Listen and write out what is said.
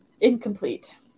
incomplete